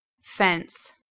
Fence